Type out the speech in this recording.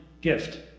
gift